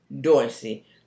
Dorsey